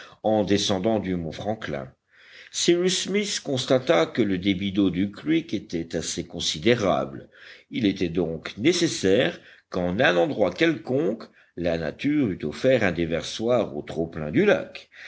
en descendant du mont franklin cyrus smith constata que le débit d'eau du creek était assez considérable il était donc nécessaire qu'en un endroit quelconque la nature eût offert un déversoir au tropplein du lac